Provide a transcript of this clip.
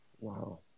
Wow